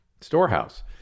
storehouse